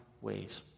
ways